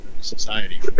society